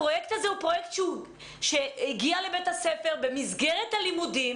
הפרויקט הזה הגיע לבית-הספר במסגרת הלימודים,